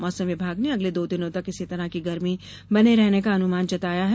मौसम विभाग ने अगले दो दिनों तक इसी तरह की गर्मी बने रहने का अनुमान जताया है